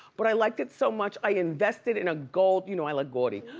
but i liked it so much i invested in a gold, you know i like gaudy,